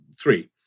three